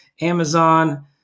Amazon